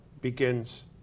begins